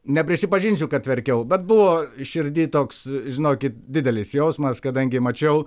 neprisipažinsiu kad verkiau bet buvo širdy toks žinokit didelis jausmas kadangi mačiau